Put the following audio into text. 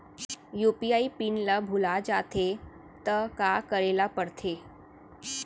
UPI PIN ल भुला जाथे त का करे ल पढ़थे?